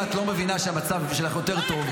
אם את לא מבינה שהמצב שלך יותר טוב -- מה?